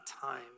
time